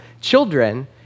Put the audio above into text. children